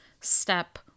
step